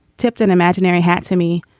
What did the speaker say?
tipped an imaginary hat to me,